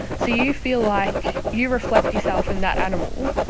so you feel like you reflect yourself in that animal